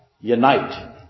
unite